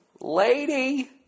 lady